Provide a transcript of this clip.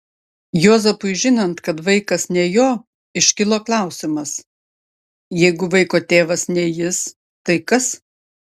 juozapui žinant kad vaikas ne jo iškilo klausimas jeigu vaiko tėvas ne jis tai kas